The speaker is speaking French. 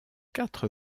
quatre